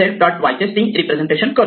y चे string representation करतो